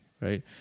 right